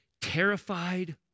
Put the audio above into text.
terrified